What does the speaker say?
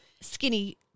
skinny